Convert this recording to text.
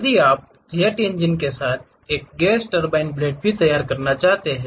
शायद आप jet engine के साथ एक गैस टरबाइन ब्लेड भी तैयार करना चाहते हैं